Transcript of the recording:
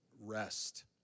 rest